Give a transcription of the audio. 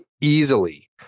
easily